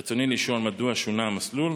רצוני לשאול: 1. מדוע שונה המסלול?